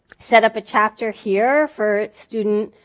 set up a chapter here for student,